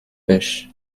pêche